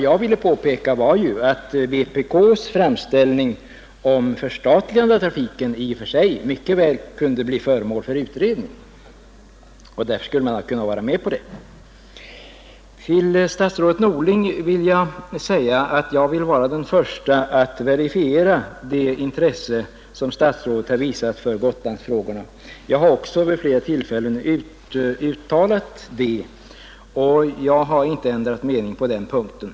Jag vill påpeka att vpk:s framställning om förstatligande av trafiken i och för sig mycket väl kunde bli föremål för utredning. Till statsrådet Norling vill jag säga att jag vill vara den förste att verifiera det intresse som statsrådet visat för Gotlandsfrågorna. Jag har också vid flera tillfällen sagt detta och jag har inte ändrat mening på den punkten.